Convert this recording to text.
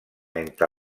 entre